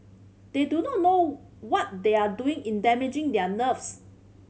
they do not know what they are doing in damaging their nerves